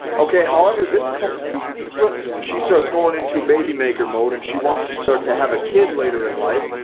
okay? however, this completely flips when she starts going into babymaker mode and she wants to start to have a kid later in life.